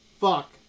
fuck